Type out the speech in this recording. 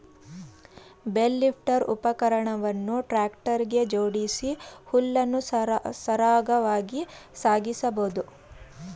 bale lifter ಉಪಕರಣವನ್ನು tractor ಗೆ ಜೋಡಿಸಿ ಹುಲ್ಲನ್ನು ಸರಾಗವಾಗಿ ಸಾಗಿಸಬೋದು